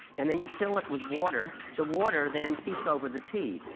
and then you fill it with water. the water then seeps over the tea.